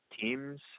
teams